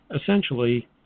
essentially